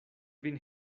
vin